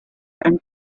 and